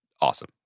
awesome